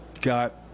Got